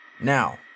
Now